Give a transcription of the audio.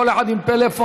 כל אחד עם טלפון.